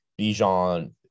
Bijan